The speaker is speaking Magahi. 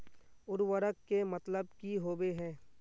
उर्वरक के मतलब की होबे है?